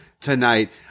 tonight